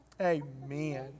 amen